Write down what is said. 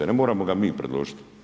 Ne moramo ga mi predložiti.